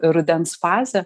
rudens fazė